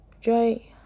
Joy